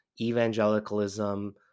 evangelicalism